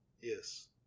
Yes